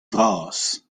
vras